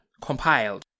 compiled